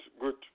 Good